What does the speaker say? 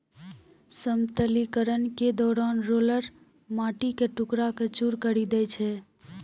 समतलीकरण के दौरान रोलर माटी क टुकड़ा क चूर करी दै छै